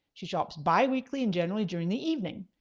she shops biweekly and generally during the evening.